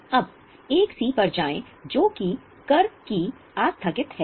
अब 1 पर जाएं जो कि कर की आस्थगित है